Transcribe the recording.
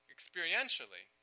Experientially